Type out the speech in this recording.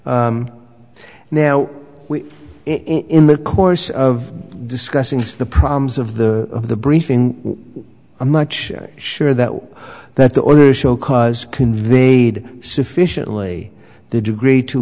bar now in the course of discussing the problems of the of the briefing a much sure that that's the only show cause conveyed sufficiently the degree to